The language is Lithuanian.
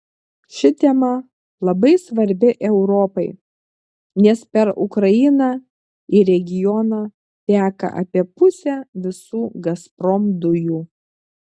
ši tema labai svarbi europai nes per ukrainą į regioną teka apie pusę visų gazprom dujų